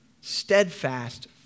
steadfast